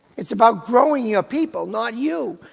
it's about growing your people, not you.